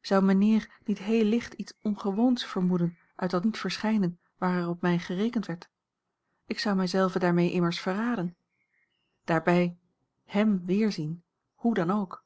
zou mijnheer niet heel licht iets ongewoons vermoeden uit dat niet verschijnen waar er op mij gerekend werd ik zou mij zelve daarmee immers verraden daarbij hem weerzien hoe dan ook